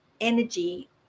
energy